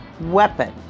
weapon